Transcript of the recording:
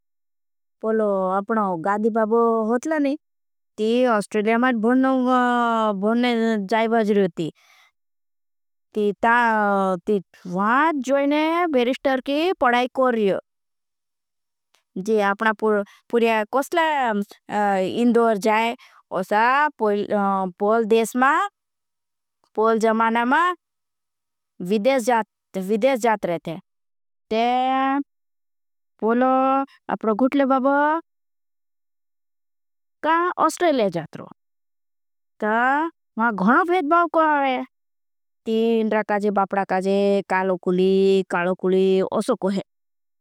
पोलो अपना गाधी बाबो होतला नहीं ती अस्ट्रेडिया में भुनने जाई। भाज रही होती ती ता वहाँ जोईने बेरिश्टर की पड़ाई कोर रही हो। जी आपना पुर्या कोसले इंदोर जाई उसा पोल। देश मा पोल जमाना मा विदेश जात रहते हैं ते पोलो अपना गुटले। बाबो का अस्ट्रेडिया में जात रही होती ती मा घणपेट बाबो को आए। ती इंडरा काजे बापडा काजे कालो कुली कालो कुली असो को है।